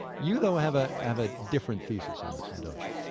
you, though, have ah have a different thesis on this one, don't you?